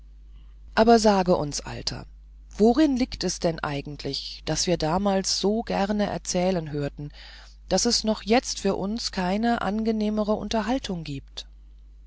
aber sage uns alter worin liegt es denn eigentlich daß wir damals so gerne erzählen hörten daß es noch jetzt für uns keine angenehmere unterhaltung gibt